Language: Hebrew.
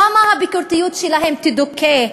שם הביקורתיות שלהם תדוכא.